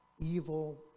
evil